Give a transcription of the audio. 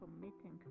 committing